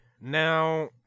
Now